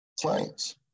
clients